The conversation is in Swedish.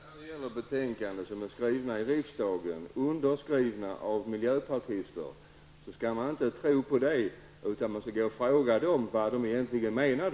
Herr talman! Slutsatsen är alltså att när det gäller betänkanden skrivna i riksdagen och undertecknade av miljöpartister skall man inte tro på vad som står i betänkandena utan man måste fråga dem vad de egentligen menar.